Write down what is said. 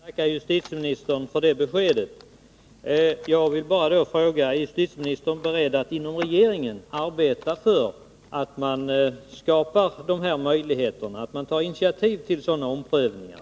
Herr talman! Jag vill tacka justitieministern för det beskedet. Jag vill bara fråga: Är justitiministern beredd att inom regeringen arbeta för att göra det möjligt att ta initiativ till sådana omprövningar?